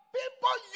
people